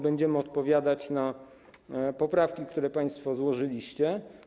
Będziemy odpowiadać na poprawki, które państwo złożyliście.